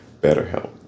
BetterHelp